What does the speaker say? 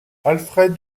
alfred